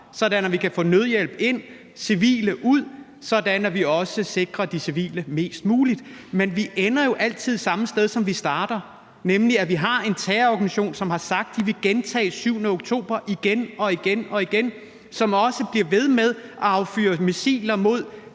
så vi kan få nødhjælp ind og civile ud, så vi også sikrer de civile mest muligt. Men vi ender jo altid samme sted, som vi starter, nemlig at vi har en terrororganisation, som har sagt, at de vil gentage den 7. oktober igen og igen, og som også bliver ved med at affyre missiler mod